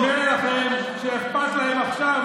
לכם שאכפת להם עכשיו,